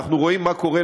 ואנחנו רואים מה קורה,